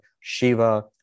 shiva